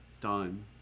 done